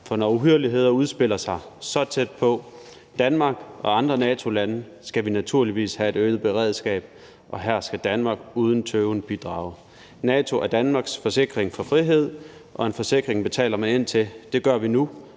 For når uhyrligheder udspiller sig så tæt på Danmark og andre NATO-lande, skal vi naturligvis have et øget beredskab, og her skal Danmark uden tøven bidrage. NATO er Danmarks forsikring for frihed, og en forsikring betaler man ind til. Det gør vi nu